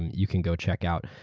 you can go check out.